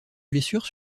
blessure